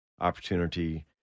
opportunity